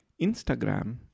Instagram